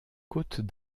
côtes